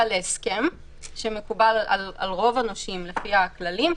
להסכם שמקובל על רוב הנושים לפי הכללים,